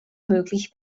möglich